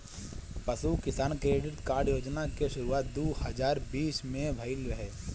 पशु किसान credit card योजना के शुरुआत दू हज़ार बीस में भइल रहे